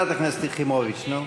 חברת הכנסת יחימוביץ, נו.